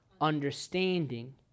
understanding